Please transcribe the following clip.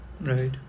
Right